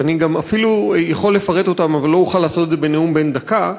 שאני אפילו יכול לפרט אותן אבל לא אוכל לעשות את זה בנאום בן דקה,